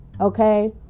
okay